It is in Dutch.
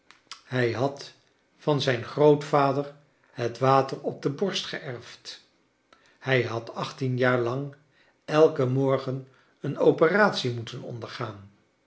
hij had van zijn grootvadcr het water op de borst geerfd hij had achttien jaar lang elken morgen een operatie moeten ondergaan